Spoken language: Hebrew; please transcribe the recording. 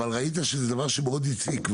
אבל ראית שזה דבר שמאוד הציק.